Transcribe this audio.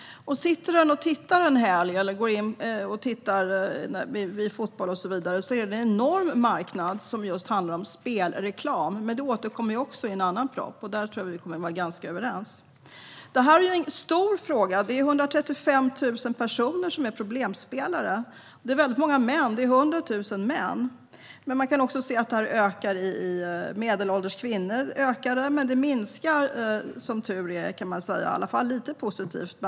Sitter man och tittar en helg eller går in och tittar när det är fotboll och så vidare ser man att det finns en enorm marknad som handlar om spel och reklam. Men det återkommer också i en annan proposition, och där tror jag att vi kommer att vara ganska överens. Detta är en stor fråga. Det är 135 000 personer som är problemspelare och väldigt många män. Det är 100 000 män. Man kan också se att det ökar bland medelålders kvinnor. Men det minskar som tur är bland unga killar 16-17 år.